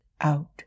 out